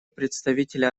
представителя